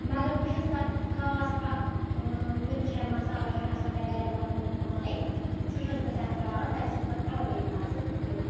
مگر بہٕ چھَس تَتھ خاص اَکھ مِکسچَر مَسالاہ چھُ آسان مےٚ گَرِ بَنوٚمُت پانَے سُہ چھَس بہٕ تَتھ ترٛاوان تمۍ سۭتۍ تَتھ اَلگٕے مَزٕ یِوان